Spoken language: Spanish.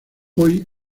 hoy